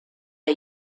der